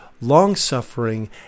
long-suffering